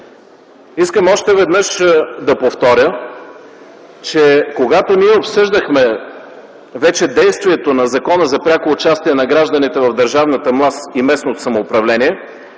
Искам още веднъж да повторя, че когато обсъждахме вече действието на Закона за пряко участие на гражданите в държавната власт и местното самоуправление,